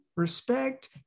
Respect